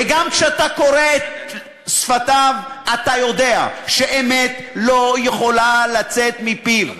וגם כשאתה קורא את שפתיו אתה יודע שאמת לא יכולה לצאת מפיו.